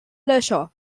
löcher